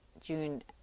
June